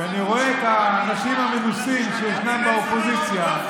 אני רואה את האנשים המנוסים שישנם באופוזיציה,